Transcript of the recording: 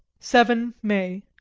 seven may.